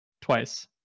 Twice